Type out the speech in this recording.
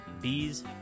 bees